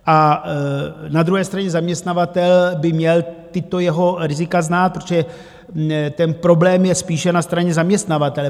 A na druhé straně zaměstnavatel by měl tato jeho rizika znát, protože ten problém je spíše na straně zaměstnavatele.